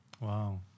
Wow